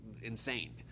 insane